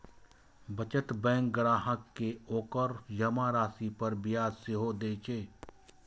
बचत बैंक ग्राहक कें ओकर जमा राशि पर ब्याज सेहो दए छै